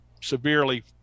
severely